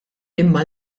imma